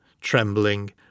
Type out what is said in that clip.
trembling